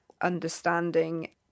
understanding